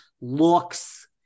looks